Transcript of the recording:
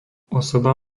osoba